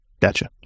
Gotcha